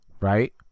right